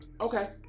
Okay